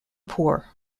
poor